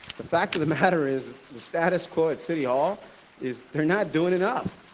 the fact of the matter is the status quo at city hall is they're not doing enough.